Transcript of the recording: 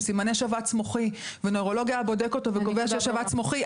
סימני שבץ מוחי ונוירולוג היה בודק אותו וקובע שיש שבץ מוחי,